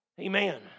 Amen